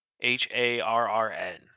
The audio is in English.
H-A-R-R-N